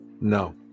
no